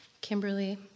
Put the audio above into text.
Kimberly